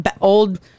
old